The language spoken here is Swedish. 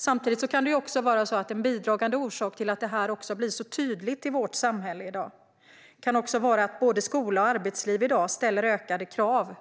Samtidigt kan en bidragande orsak till att detta har blivit så tydligt i vårt samhälle vara att såväl skola som arbetsliv i dag ställer högre krav